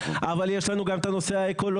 אבל יש לנו גם את הנושא האקולוגי,